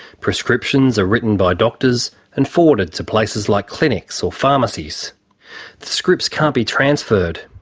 prescriptions are written by doctors and forwarded to places like clinics or pharmacies. the scripts can't be transferred.